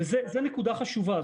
זו נקודה חשובה.